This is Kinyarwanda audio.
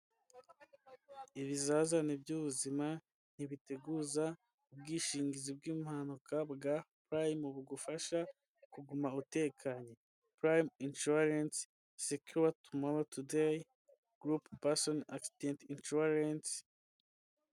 Ibizazane by'ubuzima ntibiteguza, ubwishingizi bw'mpanuka bwa purayimu bugufasha kuguma utekanye purayimu inshuwarensi sekiwa tumoro tudeyi gurupe pasoni akidenti nshuwarensi.